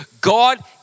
God